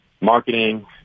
marketing